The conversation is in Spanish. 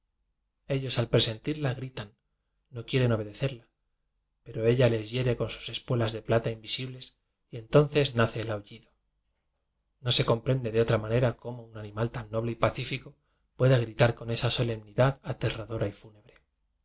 ellos al pre sentirla gritan no quieren obedecerla pero ella les hiere con sus espuelas de plata in visibles y entonces nace el aullido no se comprende de otra manera cómo un animal tan noble y pacífico pueda gritar con esa solemnidad aterradora y fúnebre